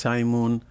Simon